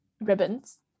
Ribbons